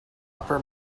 upper